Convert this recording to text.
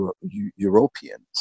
Europeans